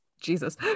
Jesus